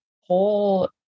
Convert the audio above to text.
whole